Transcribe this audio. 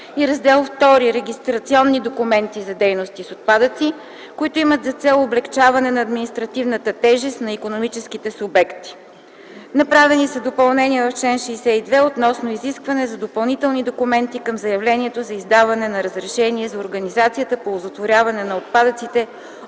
и Раздел ІІ – „Регистрационни документи за дейности с отпадъци”, които имат за цел облекчаване на административната тежест на икономическите субекти. Направени са допълнения в чл. 62 относно изискване на допълнителни документи към заявлението за издаване на разрешение за организацията по оползотворяване на отпадъците